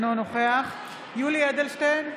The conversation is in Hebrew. אינו נוכח יולי יואל אדלשטיין,